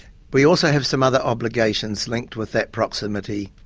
we also have some other obligations linked with that proximity.